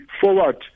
forward